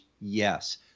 Yes